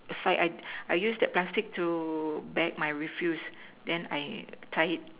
I use that plastic to bag my refuse then I tie it